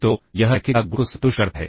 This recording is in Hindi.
तो यह रैखिकता गुण को संतुष्ट करता है